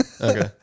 Okay